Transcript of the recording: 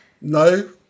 No